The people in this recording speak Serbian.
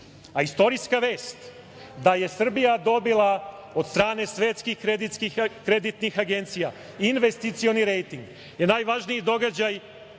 a istorijska vest da je Srbija dobila od strane svetskih kreditnih agencija investicioni rejting je najvažniji događaj